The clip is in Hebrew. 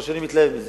לא שאני מתלהב מזה,